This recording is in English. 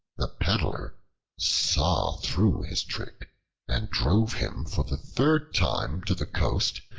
the peddler saw through his trick and drove him for the third time to the coast,